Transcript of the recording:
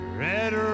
red